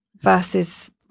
versus